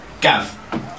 Gav